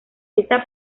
esta